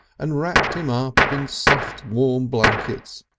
and wrapped him up in soft, warm blankets,